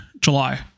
July